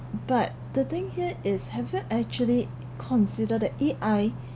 but the thing here is have you actually consider that A_I